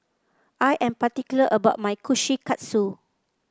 I am particular about my Kushikatsu